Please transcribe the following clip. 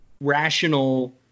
rational